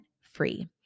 free